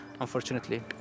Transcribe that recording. unfortunately